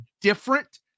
different